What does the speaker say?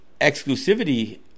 exclusivity